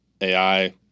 AI